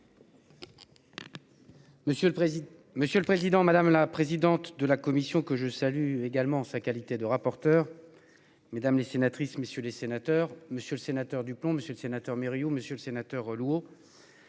monsieur le président, madame la présidente de la commission que je salue également en sa qualité de rapporteur. Mesdames les sénatrices messieurs les sénateurs, Monsieur le Sénateur, du plomb, monsieur le sénateur Murillo, Monsieur le Sénateur relou.